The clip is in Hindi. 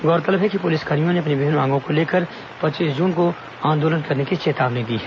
गौरतलब है कि पुलिसकर्मियों ने अपनी विभिन्न मांगों को लेकर पच्चीस जून को आंदोलन की चेतावनी दी है